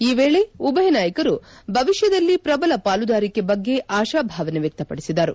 ಈ ವೇಳೆ ಉಭಯ ನಾಯಕರು ಭವಿಷ್ಣದಲ್ಲಿ ಪ್ರಬಲ ಪಾಲುದಾರಿಕೆ ಬಗ್ಗೆ ಆಶಾಭಾವನೆ ವ್ಲಕ್ತಪಡಿಸಿದರು